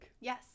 Yes